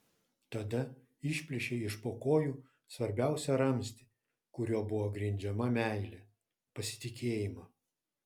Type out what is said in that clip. tada išplėšei iš po kojų svarbiausią ramstį kuriuo buvo grindžiama meilė pasitikėjimą